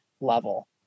level